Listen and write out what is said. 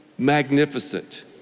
Magnificent